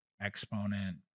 Exponent